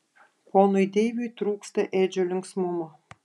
ponui deiviui trūksta edžio linksmumo